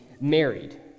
married